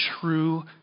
true